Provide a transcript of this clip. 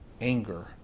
anger